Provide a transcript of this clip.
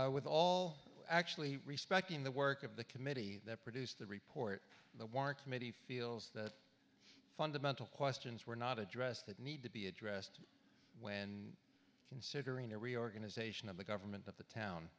with all actually respecting the work of the committee that produced the report the war committee feels that fundamental questions were not addressed that need to be addressed when considering a reorganization of the government of the town